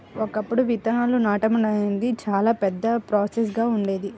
ఒకప్పుడు విత్తనాలను నాటడం అనేది చాలా పెద్ద ప్రాసెస్ గా ఉండేది